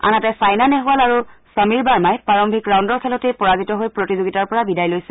আনহাতে ছাইনা নেহৱাল আৰু সমীৰ বাৰ্মাই প্ৰাৰম্ভিক ৰাউণ্ডৰ খেলতেই পৰাজিত হৈ প্ৰতিযোগিতাৰ পৰা বিদায় লৈছে